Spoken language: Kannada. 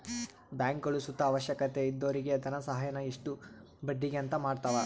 ಬ್ಯಾಂಕ್ಗುಳು ಸುತ ಅವಶ್ಯಕತೆ ಇದ್ದೊರಿಗೆ ಧನಸಹಾಯಾನ ಇಷ್ಟು ಬಡ್ಡಿಗೆ ಅಂತ ಮಾಡತವ